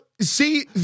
see